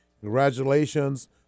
Congratulations